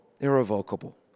irrevocable